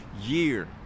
year